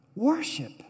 worship